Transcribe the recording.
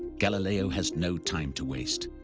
galileo has no time to waste.